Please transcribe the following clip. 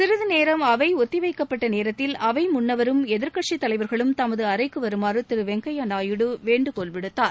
சிறிது நேரம் அவை ஒத்திவைக்கப்பட்ட நேரத்தில் அவை முன்னவரும் எதிர்க்கட்சித் தலைவர்களும் தமது அறைக்கு வருமாறு திரு வெங்கைய்யா நாயுடு வேண்டுகோள் விடுத்தார்